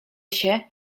się